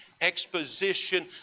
exposition